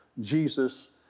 Jesus